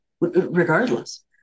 regardless